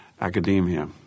academia